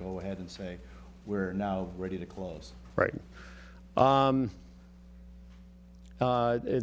go ahead and say we're now ready to close right